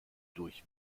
durch